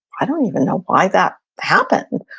i don't even know why that happened.